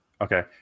Okay